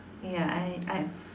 ya I I